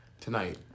Tonight